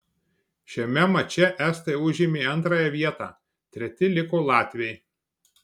šiame mače estai užėmė antrąją vietą treti liko latviai